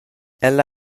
ella